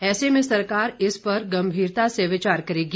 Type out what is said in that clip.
ऐसे में सरकार इस पर गंभीरता से विचार करेगी